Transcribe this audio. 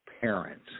parents